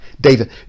David